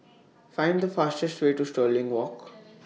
Find The fastest Way to Stirling Walk